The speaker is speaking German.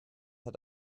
hat